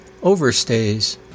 overstays